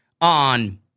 on